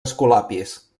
escolapis